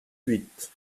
huit